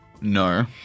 No